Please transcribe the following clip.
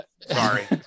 sorry